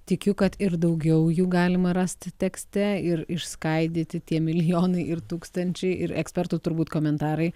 tikiu kad ir daugiau jų galima rasti tekste ir išskaidyti tie milijonai ir tūkstančiai ir ekspertų turbūt komentarai